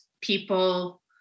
people